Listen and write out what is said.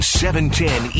710